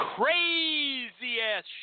crazy-ass